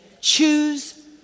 choose